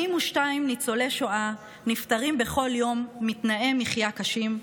42 ניצולי שואה נפטרים בכל יום מתנאי מחיה קשים,